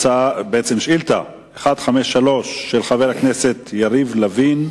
שאילתא מס' 153 של חבר הכנסת יריב לוין: